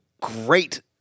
great